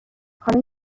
حالا